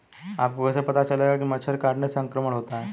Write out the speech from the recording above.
आपको कैसे पता चलेगा कि मच्छर के काटने से संक्रमण होता है?